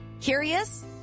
Curious